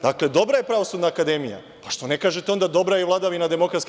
Dakle, dobra je Pravosudna akademija, pa što ne kažete onda – dobra je i vladavina DS.